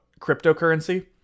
cryptocurrency